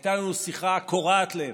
הייתה לנו שיחה קורעת לב,